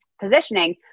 positioning